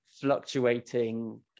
fluctuating